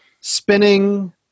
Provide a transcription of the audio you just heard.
spinning